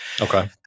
Okay